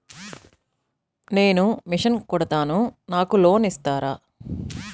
నేను మిషన్ కుడతాను నాకు లోన్ ఇస్తారా?